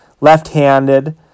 left-handed